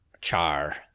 Char